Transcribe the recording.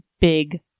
big